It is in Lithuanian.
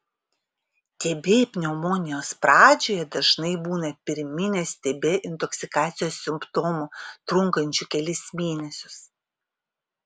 tb pneumonijos pradžioje dažnai būna pirminės tb intoksikacijos simptomų trunkančių kelis mėnesius